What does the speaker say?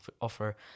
offer